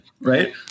right